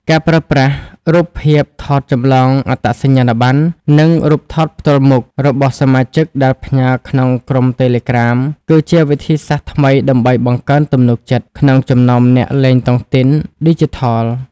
ការប្រើប្រាស់ "រូបភាពថតចម្លងអត្តសញ្ញាណប័ណ្ណ" និង "រូបថតផ្ទាល់មុខ" របស់សមាជិកដែលផ្ញើក្នុងក្រុម Telegram គឺជាវិធីសាស្ត្រថ្មីដើម្បីបង្កើនទំនុកចិត្តក្នុងចំណោមអ្នកលេងតុងទីនឌីជីថល។